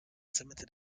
submitted